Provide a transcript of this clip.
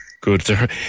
good